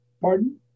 Pardon